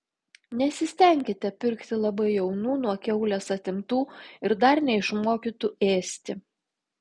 nesistenkite pirkti labai jaunų nuo kiaulės atimtų ir dar neišmokytų ėsti